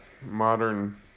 modern